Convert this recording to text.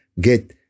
get